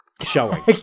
showing